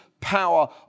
power